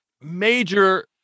major